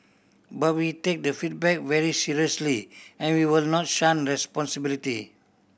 but we take the feedback very seriously and we will not shun responsibility